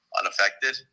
unaffected